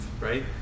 right